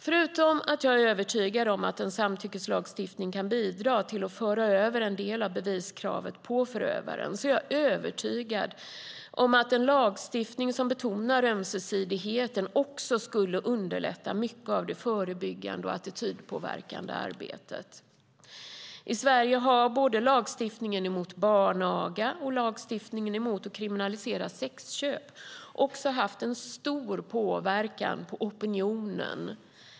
Förutom att jag är övertygad om att en samtyckeslagstiftning kan bidra till att föra över en del av beviskravet på förövaren är jag övertygad om att en lagstiftning som betonar ömsesidigheten också skulle underlätta mycket av det förebyggande och attitydpåverkande arbetet. I Sverige har både lagstiftningen mot barnaga och lagstiftningen om att kriminalisera sexköp haft en stor påverkan på opinionen.